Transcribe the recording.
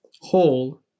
Whole